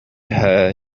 her